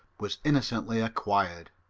was innocently acquired.